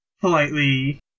politely